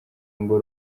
ngo